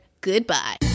Goodbye